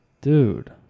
Dude